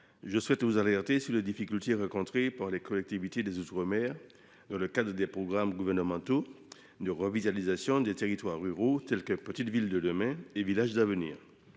le Gouvernement sur les difficultés rencontrées par les collectivités des outre mer dans le cadre des programmes gouvernementaux de revitalisation des territoires ruraux, tels que Petites Villes de demain et Villages d’avenir.